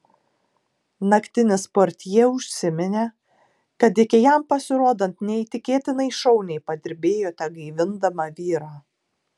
naktinis portjė užsiminė kad iki jam pasirodant neįtikėtinai šauniai padirbėjote gaivindama vyrą